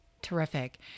terrific